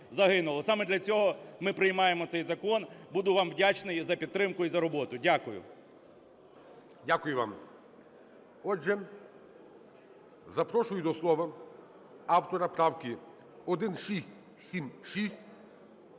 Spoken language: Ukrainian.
Саме для цього ми приймаємо цей закон. Буду вам вдячний за підтримку і за роботу. Дякую. ГОЛОВУЮЧИЙ. Дякую вам. Отже, запрошую до слова автора правки 1676